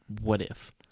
what-if